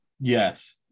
yes